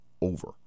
Over